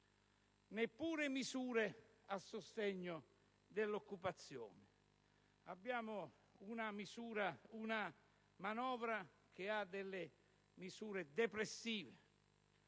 neppure misure a sostegno dell'occupazione. Abbiamo una manovra che contiene misure depressive,